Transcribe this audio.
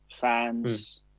fans